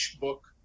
book